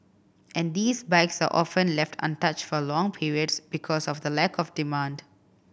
and these bikes are often left untouched for long periods because of the lack of demand